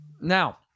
Now